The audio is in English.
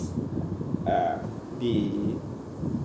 uh the